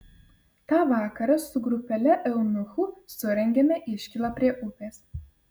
tą vakarą su grupele eunuchų surengėme iškylą prie upės